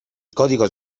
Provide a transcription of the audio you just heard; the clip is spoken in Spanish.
códigos